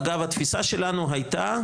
אגב התפיסה שלנו היתה,